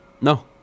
No